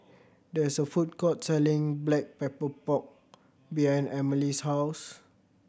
there is a food court selling Black Pepper Pork behind Emelie's house